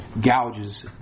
gouges